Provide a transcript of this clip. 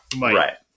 Right